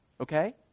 Okay